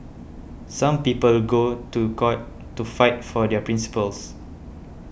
some people go to court to fight for their principles